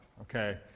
okay